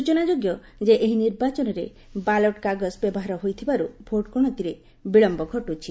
ସ୍ଚଚନା ଯୋଗ୍ୟ ଯେ ଏହି ନିର୍ବାଚନରେ ବାଲଟ କାଗଜ ବ୍ୟବହାର ହୋଇଥିବାରୁ ଭୋଟ ଗଣତିରେ ବିଳମ୍ବ ଘଟୁଛି